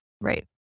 right